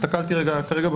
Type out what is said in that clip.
הסתכלתי עליו,